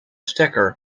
stekker